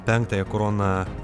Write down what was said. penktąją korona